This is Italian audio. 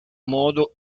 modo